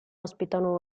ospitano